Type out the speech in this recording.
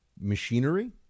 machinery